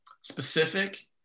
specific